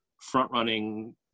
front-running